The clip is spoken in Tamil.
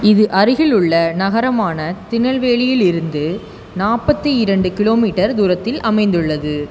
இது அருகிலுள்ள நகரமான திருநெல்வேலியிலிருந்து நாற்பத்தி இரண்டு கிலோ மீட்டர் தூரத்தில் அமைந்துள்ளது